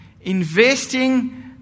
investing